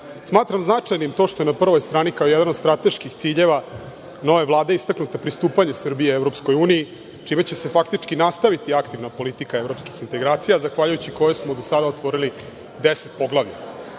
Vučićem. Smatram značajnim to što je na prvoj strani, kao jedan od strateških ciljeva nove Vlade istaknuto pristupanje Srbije EU, čime će se faktički nastaviti aktivna politika evropskih integracija, zahvaljujući kojoj smo do sada otvorili 10 poglavlja.U